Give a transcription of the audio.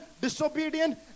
disobedient